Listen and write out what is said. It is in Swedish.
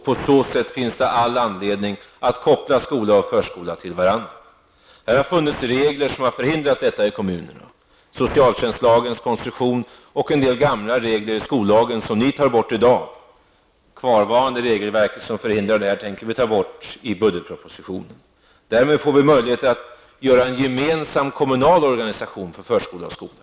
På så sätt finns det all anledning att koppla förskola och skola till varandra. Det har funnits regler som har förhindrat detta i kommunerna. Det gäller socialtjänstlagens konstruktion och en del gamla regler i skollagen, som ni tar bort i dag. Kvarvarande regelverk som förhindrar detta tänker vi föreslå att ta bort i budgetpropositionen. Därmed får vi möjlighet att ha en gemensam kommunal organisation för förskola och skola.